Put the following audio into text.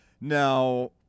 Now